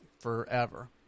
forever